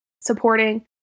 supporting